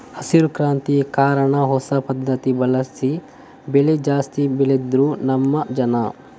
ಹಸಿರು ಕ್ರಾಂತಿ ಕಾರಣ ಹೊಸ ಪದ್ಧತಿ ಬಳಸಿ ಬೆಳೆ ಜಾಸ್ತಿ ಬೆಳೆದ್ರು ನಮ್ಮ ಜನ